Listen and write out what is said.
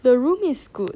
the room is good